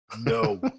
no